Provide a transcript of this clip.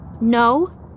No